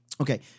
Okay